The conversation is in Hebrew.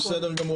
זה בסדר גמור.